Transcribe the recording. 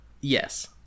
Yes